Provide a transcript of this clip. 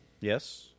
Yes